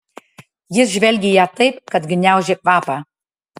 jis žvelgė į ją taip kad gniaužė kvapą